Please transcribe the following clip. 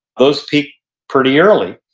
those peak pretty early.